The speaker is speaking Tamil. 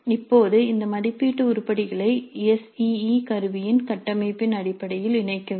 இப்போது இந்த மதிப்பீட்டு உருப்படிகளை எஸ் இஇ கருவியின் கட்டமைப்பின் அடிப்படையில் இணைக்க வேண்டும்